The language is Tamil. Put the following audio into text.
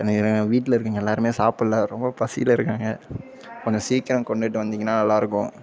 என்னங்க என்னங்க வீட்டில் இருக்கிறவங்க எல்லாருமே சாப்பிடல ரொம்ப பசியில இருக்காங்க கொஞ்சம் சீக்கிரம் கொண்டுட்டு வந்தீங்கன்னா நல்லா இருக்கும்